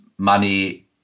money